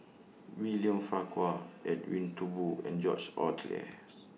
William Farquhar Edwin Thumboo and George